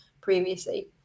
previously